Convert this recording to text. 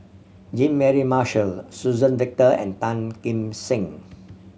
Jean Mary Marshall Suzann Victor and Tan Kim Seng